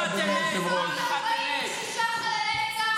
סליחה שאני אומר לך ככה.